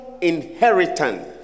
inheritance